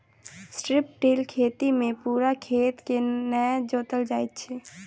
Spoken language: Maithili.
स्ट्रिप टिल खेती मे पूरा खेत के नै जोतल जाइत छै